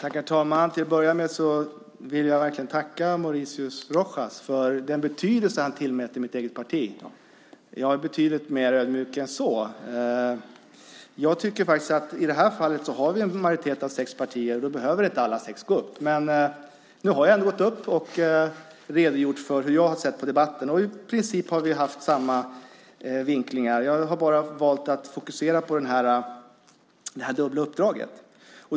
Herr talman! Till att börja med vill jag verkligen tacka Mauricio Rojas för den betydelse han tillmäter mitt eget parti. Jag är betydligt mer ödmjuk än så. I det här fallet har vi en majoritet av sex partier. Då tycker jag inte att alla sex partier behöver gå upp i debatten. Men nu har jag ändå gått upp och redogjort för hur jag ser på debatten. I princip har vi haft samma vinklingar. Jag har valt att bara fokusera på det dubbla uppdraget.